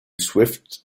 swift